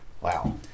Wow